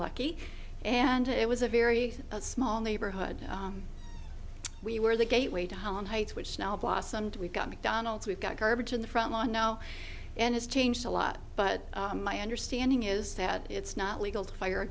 lucky and it was a very small neighborhood we were the gateway to holland heights which now blossomed we've got mcdonalds we've got garbage in the front lawn now and it's changed a lot but my understanding is that it's not legal to fire a